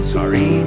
Sorry